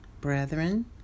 brethren